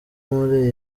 muri